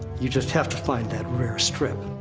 you just have to find that rare strip.